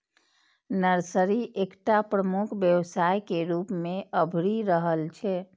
nursery एकटा प्रमुख व्यवसाय के रूप मे अभरि रहल छै